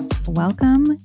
Welcome